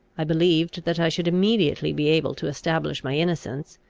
i believed that i should immediately be able to establish my innocence,